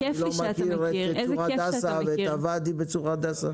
את צור הדסה ואת הוואדי בצור הדסה?